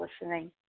listening